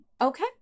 Okay